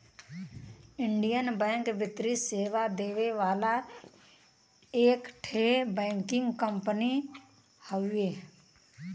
Indian bank वित्तीय सेवा देवे वाला एक ठे बैंकिंग कंपनी हउवे